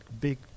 big